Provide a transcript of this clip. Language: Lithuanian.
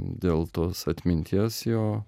dėl tos atminties jo